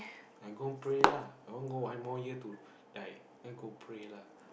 I go and pray lah I want go one more year to die I go pray lah